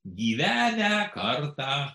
gyvenę kartą